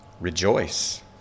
Rejoice